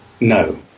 No